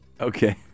Okay